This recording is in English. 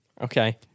Okay